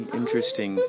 interesting